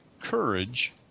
courage